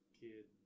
kid